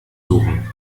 suchen